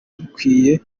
rukwiye